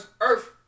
earth